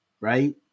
right